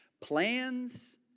Plans